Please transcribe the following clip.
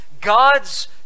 God's